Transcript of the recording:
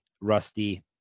rusty